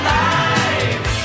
life